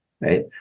right